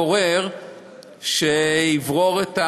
עכשיו צריכים לקבוע מי זה הבורר שיברור,